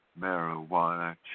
marijuana